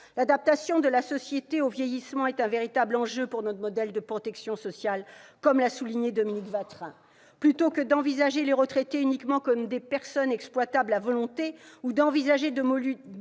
L'adaptation de la société au vieillissement est un véritable enjeu pour notre modèle de protection sociale, comme l'a souligné Dominique Watrin. Plutôt que de considérer les retraités uniquement comme des personnes exploitables à volonté ou d'envisager de moduler